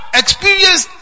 experience